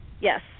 Yes